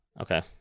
Okay